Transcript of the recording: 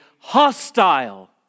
hostile